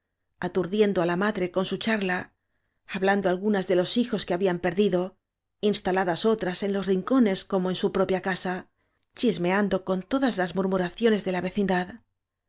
aturdiendo á la madre con su charla hablando algunas de los hijos que habían perdido instaladas otras en los rincones como en su propia casa chis meando con todas las murmu raciones de la vecindad